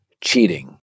cheating